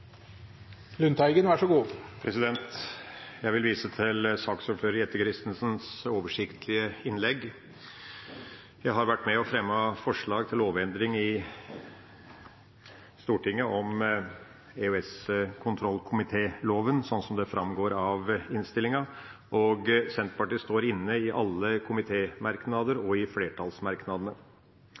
Jeg vil vise til saksordfører Jette F. Christensens oversiktlige innlegg. Jeg har vært med på å fremme forslag til lovendring i Stortinget om EOS-kontrolloven, sånn som det framgår av innstillinga. Senterpartiet står inne i alle komitémerknader og i flertallsmerknadene.